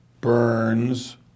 Burns